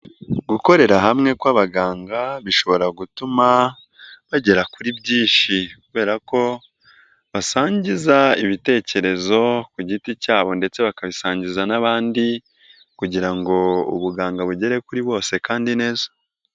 Gukorera hamwe kw'abaganga, bishobora gutuma bagera kuri byinshi. Kubera ko basangiza ibitekerezo ku giti cyabo ndetse bakabisangiza n'abandi, kugira ngo ubuganga bugere kuri bose kandi neza.